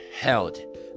held